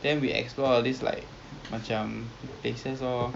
eh a'ah lah kita minum air sama